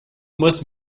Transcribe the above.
muss